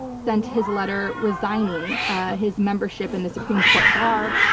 sent his letter resigning his membership in the supreme court bar.